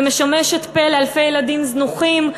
ומשמשת פה לאלפי ילדים זנוחים,